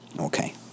Okay